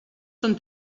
són